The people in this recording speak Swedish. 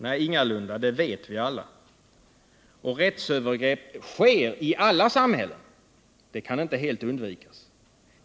Nej, ingalunda, det vet vi alla. Och rättsövergrepp sker i alla samhällen, det kan inte helt undvikas.